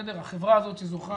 החברה הזאת שזוכה